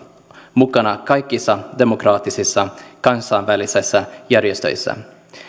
mukana kaikissa demokraattisissa kansainvälisissä järjestöissä